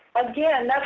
again,